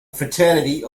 fraternity